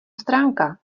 stránka